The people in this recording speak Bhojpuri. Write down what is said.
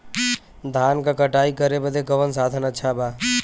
धान क कटाई करे बदे कवन साधन अच्छा बा?